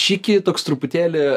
čyki toks truputėlį